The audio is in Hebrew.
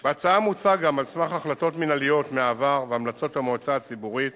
בהצעה מוצע גם על סמך החלטות מינהליות מהעבר והמלצות המועצה הציבורית